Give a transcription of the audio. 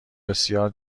بسیار